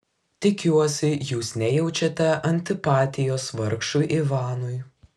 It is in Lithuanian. tikiuosi jūs nejaučiate antipatijos vargšui ivanui